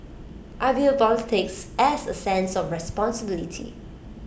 I view politics as A sense of responsibility